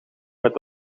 met